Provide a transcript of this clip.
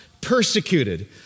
persecuted